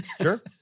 Sure